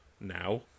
now